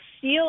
feel